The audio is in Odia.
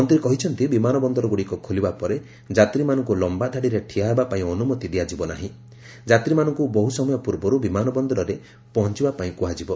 ମନ୍ତ୍ରୀ କହିଛନ୍ତି ବିମାନ ବନ୍ଦରଗୁଡ଼ିକ ଖୋଲିବା ପରେ ଯାତ୍ରୀମାନଙ୍କୁ ଲମ୍ବା ଧାଡ଼ିରେ ଠିଆ ହେବା ପାଇଁ ଅନ୍ତମତି ଦିଆଯିବ ନାହିଁ ଯାତ୍ରୀମାନଙ୍କୁ ବହୁ ସମୟ ପୂର୍ବରୁ ବିମାନ ବନ୍ଦରରେ ପହଞ୍ଚିବା ପାଇଁ କୁହାଯିବ